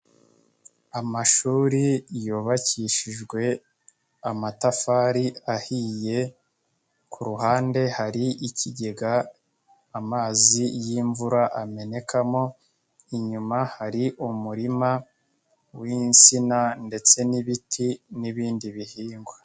Amashuri yubakishijwe amatafari ahiye, ku ruhande hari ikigega amazi y'imvura amenekamo, inyuma hari umurima w'insina ndetse n'ibiti n'ibindi bihingwa.